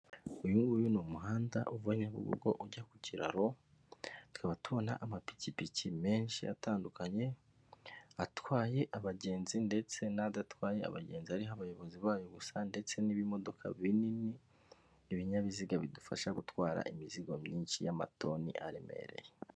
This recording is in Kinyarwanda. Uyu nguyu ni umuhanda uva Nyabugogo ujya ku kiraro, tukaba tubona amapikipiki menshi atandukanye, atwaye abagenzi ndetse n'adatwaye abagenzi ariho abayobozi bayo gusa ndetse n'ibimodoka binini, ibinyabiziga bidufasha gutwara imizigo myinshi y'amatoni aremereye.